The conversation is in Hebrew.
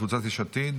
קבוצת יש עתיד